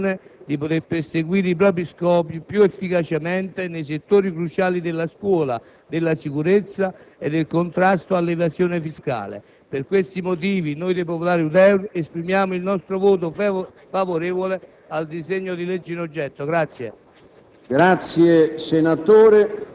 per consentire alla pubblica amministrazione di poter perseguire i propri scopi più efficacemente nei settori cruciali della scuola, della sicurezza e nel contrasto all'evasione fiscale. Per tali motivi, noi del Gruppo Misto-Popolari-Udeur esprimiamo il nostro voto favorevole al disegno di legge in oggetto.